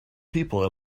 people